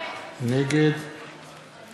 נגד